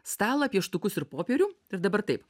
stalą pieštukus ir popierių ir dabar taip